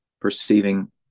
perceiving